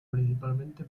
principalmente